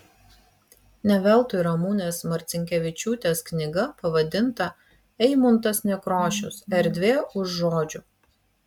ne veltui ramunės marcinkevičiūtės knyga pavadinta eimuntas nekrošius erdvė už žodžių